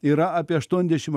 yra apie aštuondešim